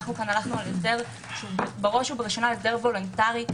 אנחנו הלכנו על מודל שהוא בראש ובראשונה יותר וולונטרי,